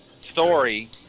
story